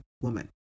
woman